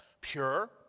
pure